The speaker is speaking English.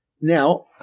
Now